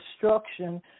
destruction